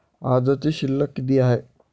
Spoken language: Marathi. आजची शिल्लक किती हाय?